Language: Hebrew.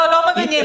לא מבינים.